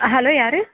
ஆ hello யாரு